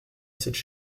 cette